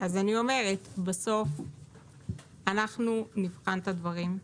אז אני אומרת, בסוף אנחנו נבחן את הדברים.